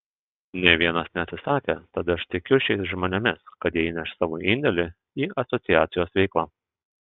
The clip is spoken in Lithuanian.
nė vienas neatsisakė tad aš tikiu šiais žmonėmis kad jie įneš savo indėlį į asociacijos veiklą